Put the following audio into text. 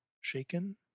shaken